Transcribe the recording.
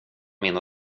mina